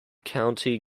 county